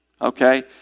okay